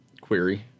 Query